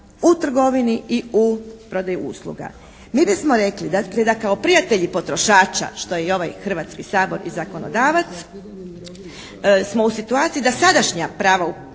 u trgovini i u prodaji usluga. Mi bismo rekli da kao prijatelji potrošača, što je i ovaj Hrvatski sabor i zakonodavac, smo u situaciju da sadašnja prava potrošača